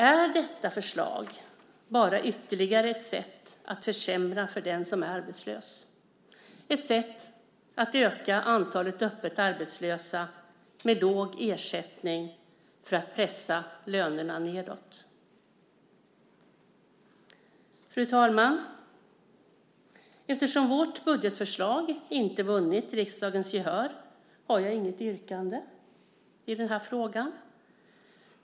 Är detta förslag bara ytterligare ett sätt att försämra för den som är arbetslös, ett sätt att öka antalet öppet arbetslösa med låg ersättning för att pressa lönerna nedåt? Fru talman! Eftersom vårt budgetförslag inte vunnit riksdagens gehör har jag inget yrkande i den här frågan.